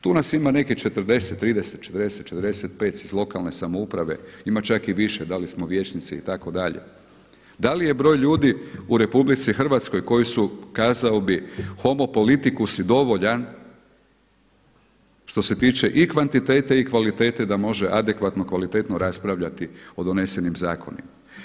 Tu nas ima nekih 40, 30, 40, 45 iz lokalne samouprave, ima čak i više, da li smo vijećnici itd., da li je broj ljudi u RH koji su kazao bih homopolitikus je dovoljan što se tiče i kvantitete i kvalitete da može adekvatno kvalitetno raspravljati o donesenim zakonima.